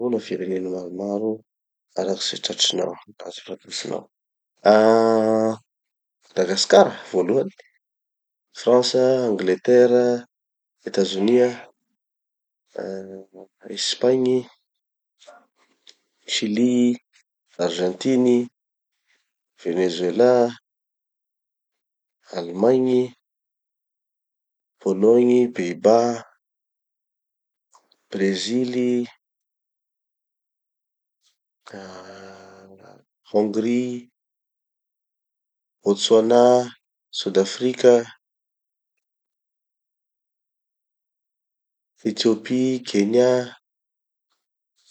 Manognona firenena maromaro araky ze tratsinao na ze fantatsinao. Ah, Madagasikara, voalohany, Frantsa, Angletera, Etazonia, ah espagny, chili, argentiny, venezuela, allemagny, pologny, pays-bas, brezily, ah hongrie, botswana, sodafrika, ethiopie, kenya.